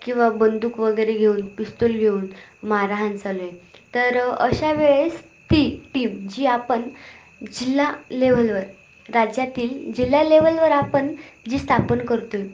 किंवा बंदूक वगैरे घेऊन पिस्तुल घेऊन मारहाण चालू आहे तर अशा वेळेस ती टीम जी आपण जिल्हा लेवलवर राज्यातील जिल्हा लेवलवर आपण जी स्थापन करतो आहे